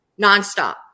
nonstop